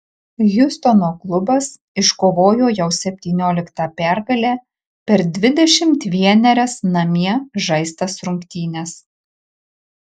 hjustono klubas iškovojo jau septynioliktą pergalę per dvidešimt vienerias namie žaistas rungtynes